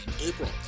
April